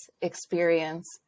experience